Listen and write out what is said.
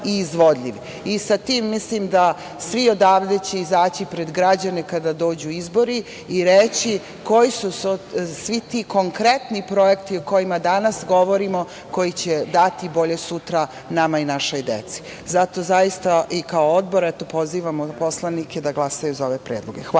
Sa tim mislim da će svi odavde izaći pred građane kada dođu izbori i reći koji su svi ti konkretni projekti o kojima danas govorimo, koji će dati bolje sutra nama i našoj deci. Zato zaista i kao Odbor pozivamo poslanike da glasaju za ove predloge.